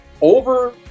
over